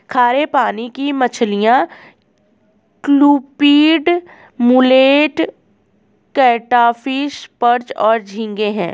खारे पानी की मछलियाँ क्लूपीड, मुलेट, कैटफ़िश, पर्च और झींगे हैं